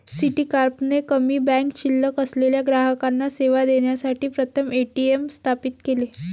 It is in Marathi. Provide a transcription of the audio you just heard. सिटीकॉर्प ने कमी बँक शिल्लक असलेल्या ग्राहकांना सेवा देण्यासाठी प्रथम ए.टी.एम स्थापित केले